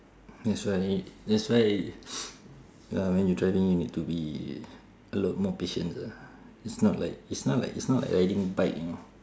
that's why that's why uh when you driving you need to be a lot more patience ah it's not like it's not like it's not like riding bike you know